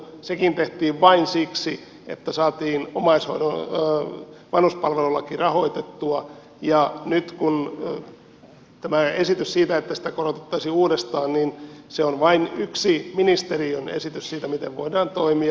sekin tehtiin vain siksi että saatiin vanhuspalvelulaki rahoitettua ja nyt tämä esitys siitä että sitä korotettaisiin uudestaan on vain yksi ministeriön esitys siitä miten voidaan toimia